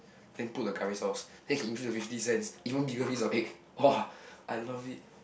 then put the curry sauce then can increase to fifty cents even bigger piece of egg !wah! I love it